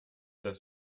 dass